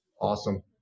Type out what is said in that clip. Awesome